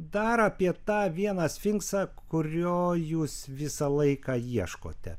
dar apie tą vieną sfinksą kurio jūs visą laiką ieškote